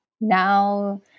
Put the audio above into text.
now